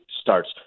starts